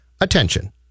attention